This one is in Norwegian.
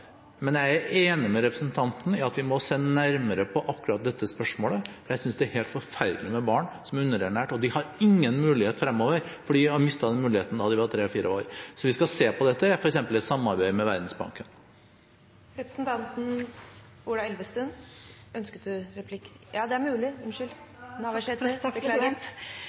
Men jeg er enig med representanten i at vi må se nærmere på akkurat dette spørsmålet, for jeg synes det er helt forferdelig med barn som er underernært. De har ingen muligheter framover, for de mistet den muligheten da de var tre–fire år. Så vi skal se på dette, f.eks. i samarbeid med Verdensbanken. Då vil eg gjerne stille eit oppfølgingsspørsmål. I dagens innstilling vert det